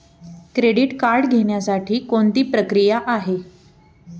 Credit card घेण्यासाठी कोणती प्रक्रिया आहे?